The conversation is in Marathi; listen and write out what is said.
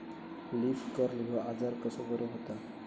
लीफ कर्ल ह्यो आजार कसो बरो व्हता?